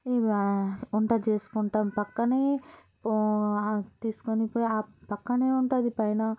ఇగ వంట చేసుకుంటాం పక్కనే తీస్కునిపోయి పక్కనే ఉంటుంది పైన